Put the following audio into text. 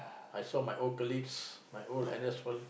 I saw my old colleagues my old N_S fellas